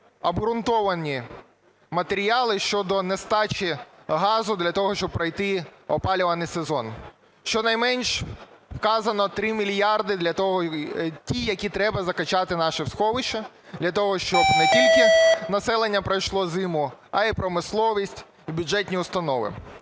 обґрунтовані матеріали щодо нестачі газу для того, щоб пройти опалювальний сезон. Щонайменш вказано 3 мільярди ті, які треба закачати у наші сховища для того, щоб не тільки населення пройшло зиму, а і промисловість, і бюджетні установи.